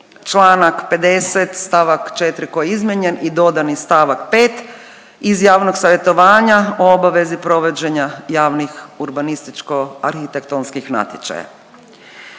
članak 50. stavak 4. koji je izmijenjen i dodan je stavak 5. iz javnog savjetovanja o obavezi provođenja javnih urbanističko-arhitektonskih natječaja.